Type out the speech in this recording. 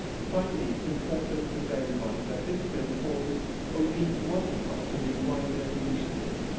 finally, it's important to bear in mind that this bill forms only one part of a wider initiative.